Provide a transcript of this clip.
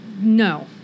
No